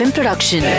Production